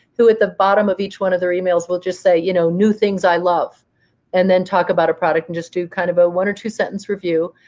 who at the bottom of each one of their emails will just say, you know new things i love and then talk about a product and just do kind of a one or two sentence review.